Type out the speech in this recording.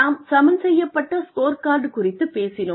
நாம் சமன் செய்யப்பட்ட ஸ்கோர்கார்டு குறித்துப் பேசினோம்